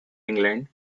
england